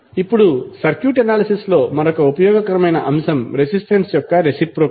ఇప్పుడు circuit analysis లో మరొక ఉపయోగకరమైన అంశం రెసిస్టెన్స్ యొక్క రెసిప్రొకల్